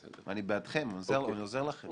אני בעדכם, אני עוזר לכם.